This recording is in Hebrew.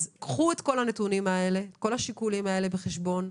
קחו את כל הנתונים האלה, כל השיקולים האלה בחשבון,